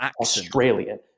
Australian